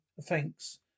Thanks